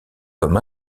comme